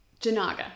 janaga